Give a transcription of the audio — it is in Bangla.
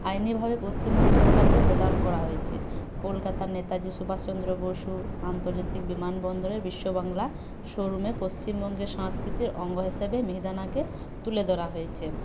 আইনিভাবে পশ্চিমবঙ্গ সরকারকে প্রদান করা হয়েছে কলকাতা নেতাজী সুভাষচন্দ্র বসু আন্তর্জাতিক বিমানবন্দরে বিশ্ব বাংলার শোরুমে পশ্চিমবঙ্গের সংস্কৃতির অঙ্গ হিসাবে মিহিদানাকে তুলে ধরা হয়েছে